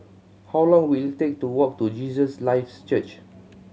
how long will it take to walk to Jesus Lives Church